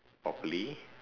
properly